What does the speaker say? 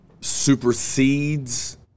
supersedes